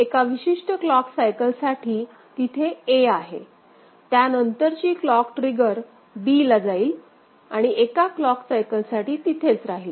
एका विशिष्ट clock cycle साठी तिथे a आहे त्यानंतरची क्लॉक ट्रिगर b ला जाईल आणि एका क्लॉक सायकल साठी तिथेच राहील